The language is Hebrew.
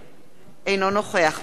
אינו נוכח עמיר פרץ,